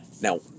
Now